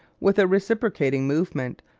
with a reciprocating movement,